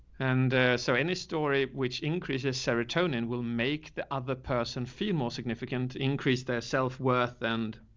and a so any story which increases serotonin will make the other person feel more significant, increased their self worth, and